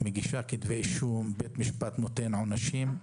מגישה כתבי אישום ובית המשפט מטיל עונשים,